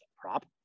prop